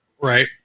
Right